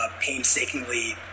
painstakingly